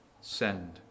Send